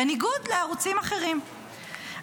בניגוד לערוצים אחרים,